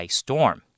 storm